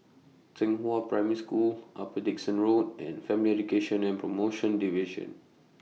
Zhenghua Primary School Upper Dickson Road and Family Education and promotion Division